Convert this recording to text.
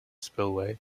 spillway